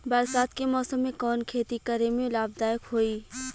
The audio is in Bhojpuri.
बरसात के मौसम में कवन खेती करे में लाभदायक होयी?